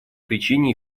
причине